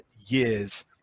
years